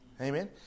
Amen